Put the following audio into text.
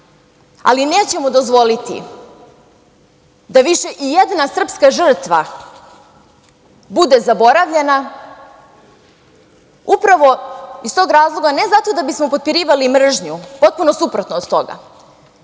Ali, nećemo dozvoliti da više i jedna srpska žrtva bude zaboravljena, upravo iz tog razloga ne zato da bismo potpirivali mržnju, potpuno suprotno od toga,